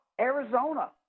Arizona